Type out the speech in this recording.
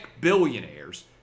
billionaires